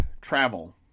travel